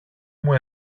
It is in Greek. μου